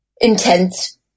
intense